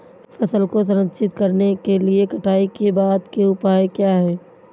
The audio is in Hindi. फसल को संरक्षित करने के लिए कटाई के बाद के उपाय क्या हैं?